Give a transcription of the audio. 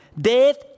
Death